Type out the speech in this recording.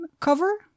cover